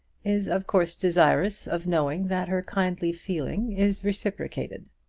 is of course desirous of knowing that her kindly feeling is reciprocated.